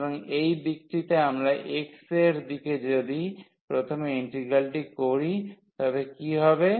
সুতরাং এই দিকটিতে আমরা x এর দিকে যদি প্রথমে ইন্টিগ্রালটি করি তবে কী হবে